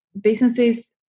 businesses